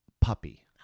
puppy